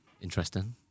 Interesting